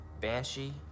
Banshee